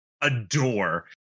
adore